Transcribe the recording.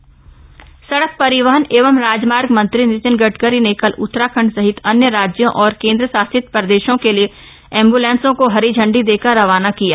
ambulance सड़क परिवहन एवं राजमार्ग मंत्री नितिन गडकरी ने कल उतराखण्ड सहित अन्य राज्यों और केन्द्रशासित प्रदेशों के लिए एम्ब्लेंसों को हरी झण्डी देकर रवाना किया गया